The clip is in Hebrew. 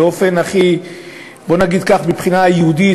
באופן הכי בוא נגיד כך: מבחינה יהודית,